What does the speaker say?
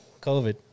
COVID